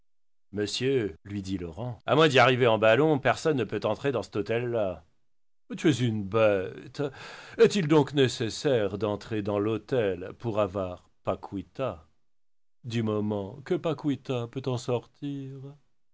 monsieur lui dit laurent à moins d'y arriver en ballon personne ne peut entrer dans cet hôtel là tu es une bête est-il donc nécessaire d'entrer dans l'hôtel pour avoir paquita du moment où paquita peut en sortir